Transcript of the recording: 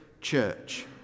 church